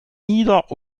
nieder